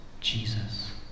Jesus